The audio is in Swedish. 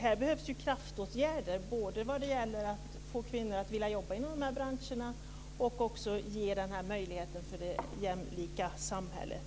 Här behövs kraftåtgärder, både vad gäller att få kvinnor att jobba i dessa branscher och att skapa möjligheten till det jämlika samhället.